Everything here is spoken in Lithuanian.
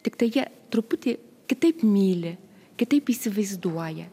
tiktai jie truputį kitaip myli kitaip įsivaizduoja